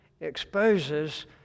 exposes